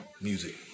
music